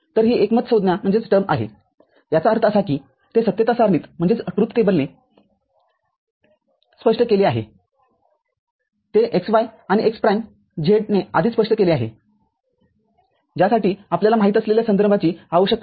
तर ही एक एकमत संज्ञा आहे याचा अर्थ असा की जे सत्यता सारणीतजे yz ने स्पष्ट केले आहे ते xy आणि x प्राइम z ने आधीच स्पष्ट केले आहे ज्यासाठी आपल्याला माहित असलेल्या संदर्भाची आवश्यकता नाही